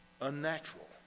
unnatural